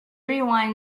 rewind